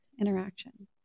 interaction